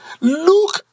look